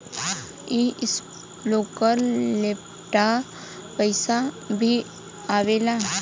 का इस्प्रिंकलर लपेटा पाइप में भी आवेला?